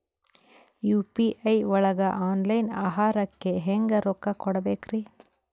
UPI ಒಳಗ online ಆಹಾರಕ್ಕೆ ಹೆಂಗ್ ರೊಕ್ಕ ಕೊಡಬೇಕ್ರಿ?